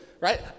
right